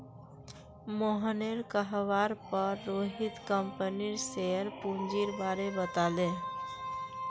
मोहनेर कहवार पर रोहित कंपनीर शेयर पूंजीर बारें बताले